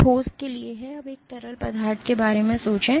तो यह एक ठोस के लिए है अब एक तरल पदार्थ के बारे में सोचें